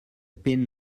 pin